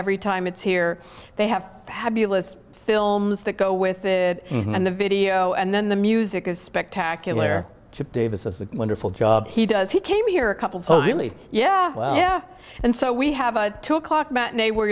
every time it's here they have the list films that go with it and the video and then the music is spectacular davis is a wonderful job he does he came here a couple of holy yeah yeah and so we have a two o'clock matinee where